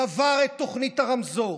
קבר את תוכנית הרמזור,